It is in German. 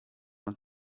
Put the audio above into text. man